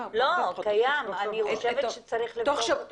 לא, קיים, אני חושבת שצריך לבדוק אותו.